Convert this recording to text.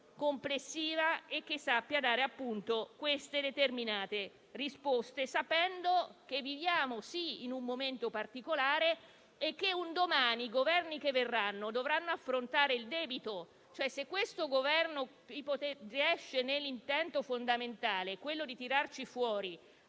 complessiva e sappia dare determinate risposte, sapendo che viviamo sì in un momento particolare, ma che un domani i Governi che verranno dovranno affrontare il debito. Se questo Governo riesce nell'intento fondamentale di tirarci fuori